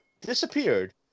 disappeared